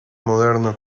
moderno